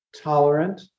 tolerant